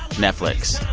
netflix,